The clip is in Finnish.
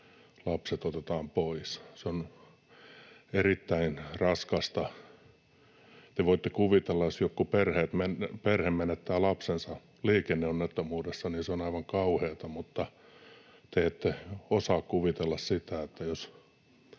lapset pois. Se on erittäin raskasta. Te voitte kuvitella, että jos joku perhe menettää lapsensa liikenneonnettomuudessa, niin se on aivan kauheata, mutta te ette osaa kuvitella sitä, että